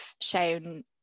shown